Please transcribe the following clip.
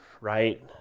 right